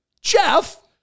Jeff